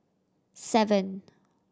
seven